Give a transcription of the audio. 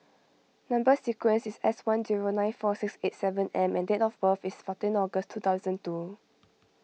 Number Sequence is S one zero nine four six eight seven M and date of birth is fourteen August two thousand two